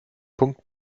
punkt